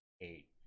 eight